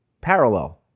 parallel